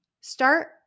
Start